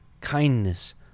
kindness